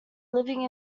living